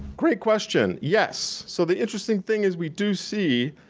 great question. yes. so the interesting thing is we do see